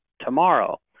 tomorrow